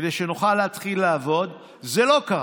כדי שנוכל לעבוד, וזה לא קרה.